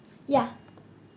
yeah